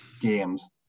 games